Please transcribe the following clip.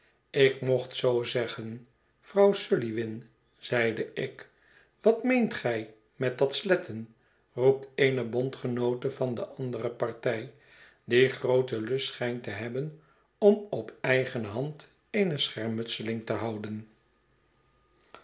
ik mocht zoo zeggen vrouw sluw wil zeide ik wat meent gij met dat sletten roepteene bondgenoote van de andere partij die grooten lust schijnt te hebben om op eigene hand eene schermutseling te houden